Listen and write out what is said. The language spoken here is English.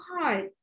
hard